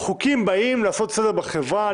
חוקים באים לעשות סדר בחברה,